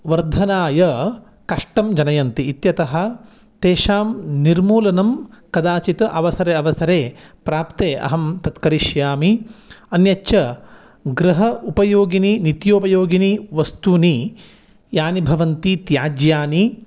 वर्धनाय कष्टं जनयन्ति इत्यतः तेषां निर्मूलनं कदाचित् अवसरे अवसरे प्राप्ते अहं तद् करिष्यामि अन्यच्च गृहोपयोगीनि नित्योपयोगीनि वस्तूनि यानि भवन्ति त्याज्यानि